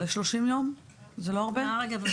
30 יום זה לא הרבה?